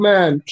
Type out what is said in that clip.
Man